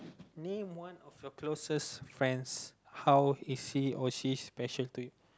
name one of your closest friends how is he or she special to you